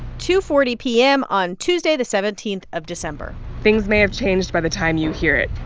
two forty p m. on tuesday, the seventeen of december things may have changed by the time you hear it,